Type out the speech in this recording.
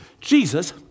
Jesus